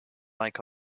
like